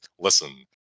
listen